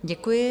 Děkuji.